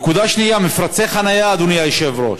הנקודה השנייה, מפרצי חניה, אדוני היושב-ראש.